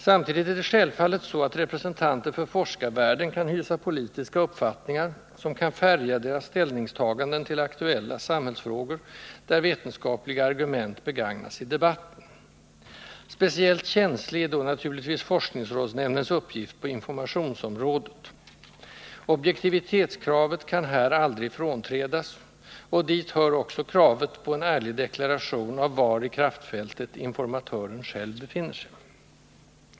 Samtidigt är det självfallet så att representanter för forskarvärlden kan hysa politiska uppfattningar, som kan färga deras ställningstaganden till aktuella samhällsfrågor, där vetenskapliga argument begagnas i debatten. Speciellt känslig är då forskningsrådsnämndens uppgift på informationsområdet. Objektivitetskravet kan här aldrig ifrånträdas — och dit hör också kravet på en ärlig deklaration av var i kraftfältet informatören själv befinner sig.